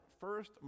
first